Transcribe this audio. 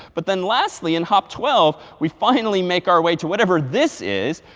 but then lastly in hop twelve, we finally make our way to whatever this is,